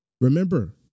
Remember